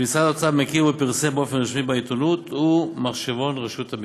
שמשרד האוצר מכיר ופרסם באופן רשמי בעיתונות הוא מחשבון רשות המסים.